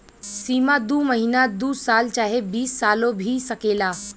सीमा दू महीना दू साल चाहे बीस सालो भी सकेला